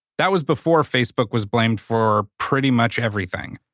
that was before facebook was blamed for pretty much everything.